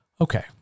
Okay